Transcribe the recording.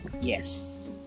Yes